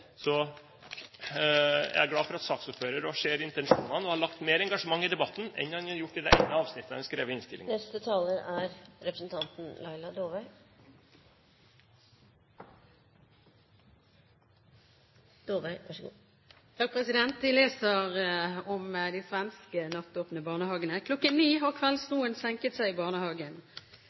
er glad for at saksordføreren ser intensjonene og har lagt mer engasjement i debatten enn han har gjort i det ene avsnittet han skrev i innstillingen. Jeg leser følgende om de svenske nattåpne barnehagene: «Klokka ni har kveldsroen senket seg i barnehagen.